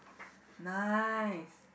nice